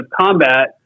combat